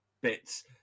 bits